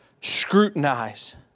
scrutinize